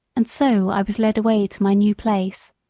and so i was led away to my new place.